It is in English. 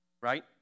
Right